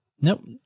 nope